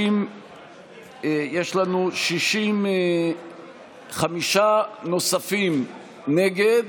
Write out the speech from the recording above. חמישה נוספים נגד